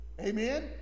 Amen